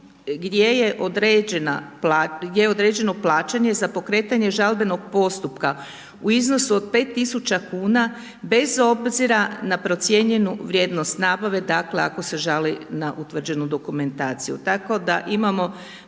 gdje je određeno plaćanje za pokretanje žalbenog postupka u iznosu od 5.000 kuna bez obzira na procijenjenu vrijednost nabave, dakle ako se žali na utvrđenu dokumentaciju. Tako da imamo